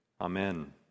Amen